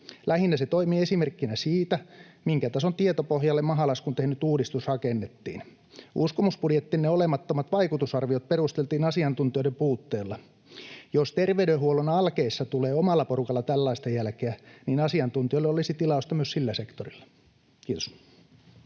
Lähinnä se toimii esimerkkinä siitä, minkä tason tietopohjalle mahalaskun tehnyt uudistus rakennettiin. Uskomusbudjettinne olemattomat vaikutusarviot perusteltiin asiantuntijoiden puutteella. Jos terveydenhuollon alkeissa tulee omalla porukalla tällaista jälkeä, niin asiantuntijoille olisi tilausta myös sillä sektorilla. — Kiitos.